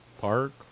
park